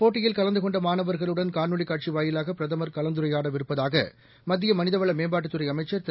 போட்டியில் கலந்துகொண்டமாணவர்களுடன் காணொலிகாட்சிவாயிலாகபிரதமர் இந்தப் கலந்துரையாடவிருப்பதாகமத்தியமனிதவளமேம்பாட்டுத்துறைஅமைச்சர் திரு